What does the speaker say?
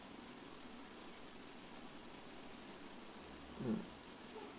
mm